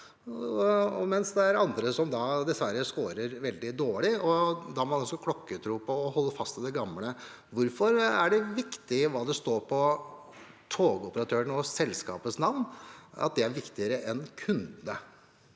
mens det er andre som dessverre skårer veldig dårlig. Da har man altså klokkertro på å holde fast ved det gamle. Hvorfor er det som står på togoperatørene, og selskapets navn, viktigere enn kundene?